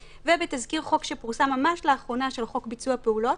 ובתזכיר חוק שפורסם ממש לאחרונה של חוק ביצוע פעולות,